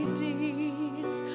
deeds